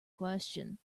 question